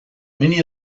many